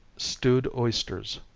stewed oysters.